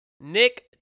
Nick